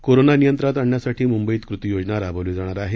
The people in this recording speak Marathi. कोरोना नियंत्रणात आणण्यासाठी मुंबईत कृती योजना राबवली जाणार आहे